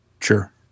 Sure